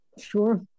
sure